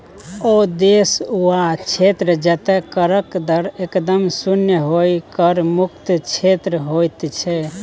ओ देश वा क्षेत्र जतय करक दर एकदम शुन्य होए कर मुक्त क्षेत्र होइत छै